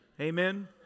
Amen